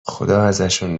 خداازشون